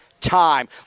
time